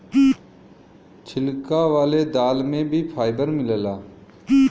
छिलका वाले दाल में भी फाइबर मिलला